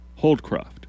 Holdcroft